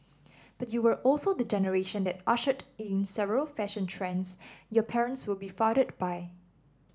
but you were also the generation that ushered in several fashion trends your parents were befuddled by